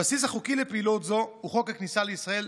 הבסיס החוקי לפעילות זו הוא חוק הכניסה לישראל,